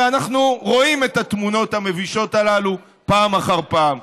הרי אנחנו רואים את התמונות המבישות הללו פעם אחר פעם.